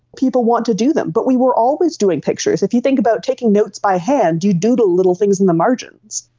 people want to do them, but we were always doing pictures. if you think about taking notes by hand, you doodle little things in the margins.